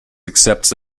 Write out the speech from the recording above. accepts